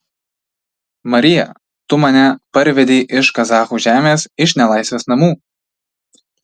marija tu mane parvedei iš kazachų žemės iš nelaisvės namų